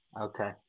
Okay